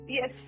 Yes